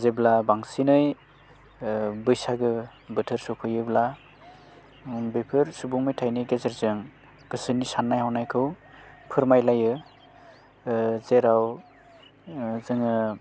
जेब्ला बांसिनै बैसागो बोथोर सौफैयोब्ला बेफोर सुबुं मेथाइनि गेजेरजों गोसोनि साननाय हनायखौ फोरमायलायो जेराव जोङो